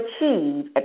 achieve